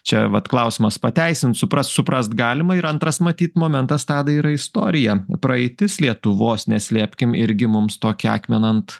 čia vat klausimas pateisint suprast suprast galima ir antras matyt momentas tadai yra istorija praeitis lietuvos neslėpkim irgi mums tokį akmeną ant